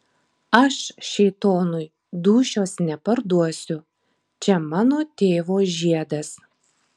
aš šėtonui dūšios neparduosiu čia mano tėvo žiedas